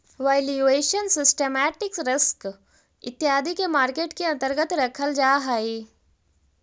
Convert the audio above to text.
valuation, systematic risk इत्यादि के market के अंतर्गत रखल जा हई